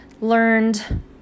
learned